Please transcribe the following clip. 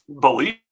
believe